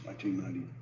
1990